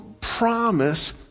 promise